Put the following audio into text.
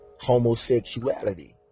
homosexuality